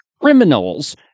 criminals